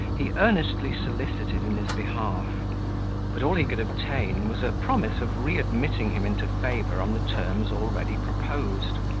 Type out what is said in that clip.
he earnestly solicited in his behalf but all he could obtain, was a promise of re-admitting him into favour on the terms already proposed,